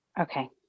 okay